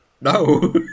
No